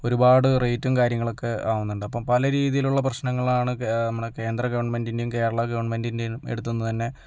ഒരുപാട് റേറ്റും കാര്യങ്ങളൊക്കെ ആകുന്നുണ്ട് അപ്പോൾ പല രീതിയിലുള്ള പ്രശ്നങ്ങളാണ് നമ്മുടെ കേന്ദ്ര ഗവണ്മെൻ്റിൻ്റെയും കേരളം ഗവണ്മെൻ്റിൻ്റെയും അടുത്തുനിന്ന് തന്നെ